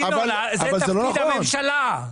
ינון, זה תפקיד הממשלה.